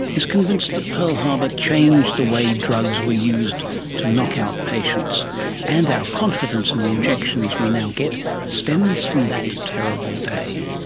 is convinced that pearl harbour changed the way drugs were used to knock out patients and our confidence in the injections we now get stems from that terrible day.